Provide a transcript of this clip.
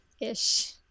Ish